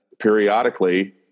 periodically